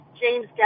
James